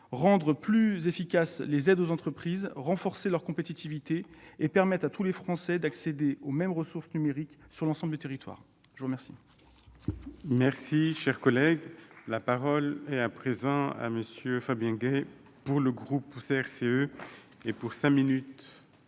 rendre plus efficaces les aides aux entreprises, renforcer leur compétitivité et permettre à tous les Français d'accéder aux mêmes ressources numériques sur l'ensemble du territoire. La parole